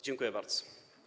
Dziękuję bardzo.